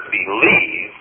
believe